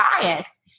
bias